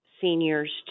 seniors